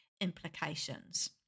implications